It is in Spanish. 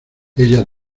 ella